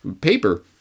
paper